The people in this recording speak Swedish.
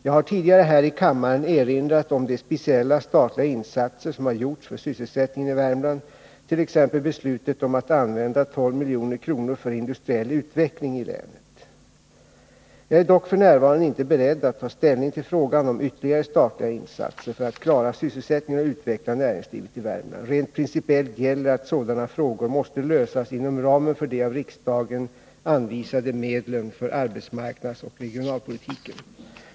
Jag har tidigare här i kammaren erinrat om de speciella statliga insatser som har gjorts för sysselsättningen i Värmland, t.ex. beslutet om att använda 12 milj.kr. för industriell utveckling i länet. Jag är dock f.n. inte beredd att ta ställning till frågan om ytterligare statliga insatser för att klara sysselsättningen och utveckla näringslivet i Värmland. Rent principiellt gäller att sådana frågor måste lösas inom ramen för de av riksdagen anvisade medlen för arbetsmarknadsoch regionalpolitiken.